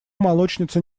молочница